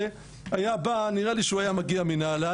אני מקווה שזה אכן